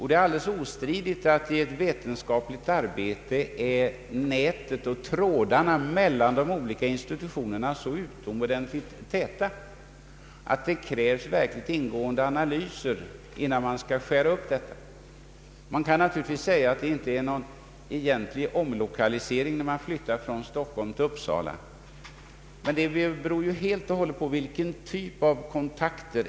Det är alldeles ostridigt att i vetenskapligt arbete är nätet och trådarna mellan de olika institutionerna så utomordentligt täta att det krävs verkligt ingående analyser innan man bör skära av dem. Det kan naturligtvis sägas att det inte är fråga om någon egentlig omlokalisering, när läkemedelsavdelningen flyttas från Stockholm till Uppsala, men det beror ju helt och hållet på vilken typ av kontakter det gäller.